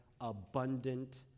abundant